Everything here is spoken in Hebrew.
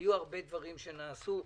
היו הרבה דברים שנעשו.